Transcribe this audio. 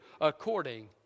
according